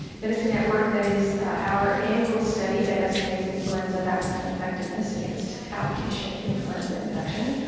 that is the network that is our annual study that estimates influenza vaccine effectiveness against outpatient influenza infection.